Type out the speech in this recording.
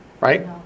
Right